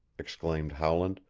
exclaimed howland,